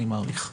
אני מעריך.